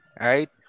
right